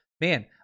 Man